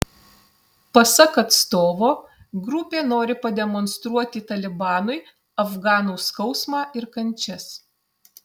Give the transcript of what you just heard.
pasak atstovo grupė nori pademonstruoti talibanui afganų skausmą ir kančias